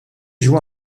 joua